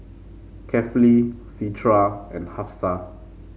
Kefli Citra and Hafsa